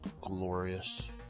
glorious